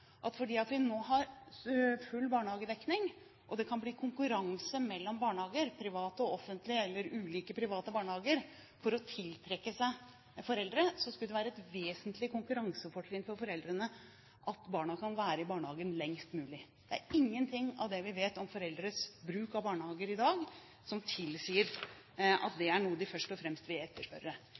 at siden vi nå har full barnehagedekning og det kan bli konkurranse mellom barnehager – ulike private barnehager og offentlige barnehager – for å tiltrekke seg foreldre, skulle det være et vesentlig konkurransefortrinn for foreldrene at barna kan være i barnehagen lengst mulig. Det er ingenting av det vi vet om foreldres bruk av barnehager i dag, som tilsier at det er noe de først og fremst vil etterspørre.